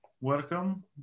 welcome